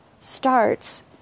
starts